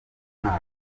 mwaka